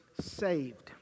saved